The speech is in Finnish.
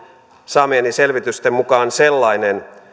saamieni selvitysten mukaan sellainen